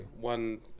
one